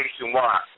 nationwide